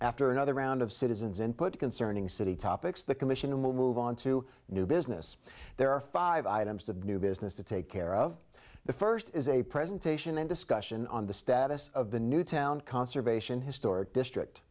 after another round of citizens input concerning city topics the commission will move on to new business there are five items of new business to take care of the first is a presentation and discussion on the status of the newtown conservation historic district